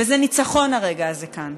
וזה ניצחון הרגע הזה כאן.